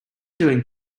doing